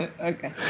Okay